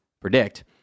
predict